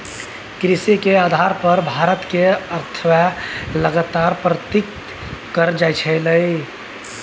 कृषि के आधार पर भारत के अर्थव्यवस्था लगातार प्रगति करइ लागलइ